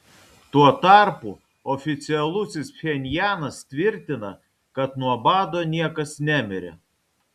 tuo tarpu oficialusis pchenjanas tvirtina kad nuo bado niekas nemirė